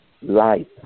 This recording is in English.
life